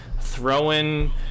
throwing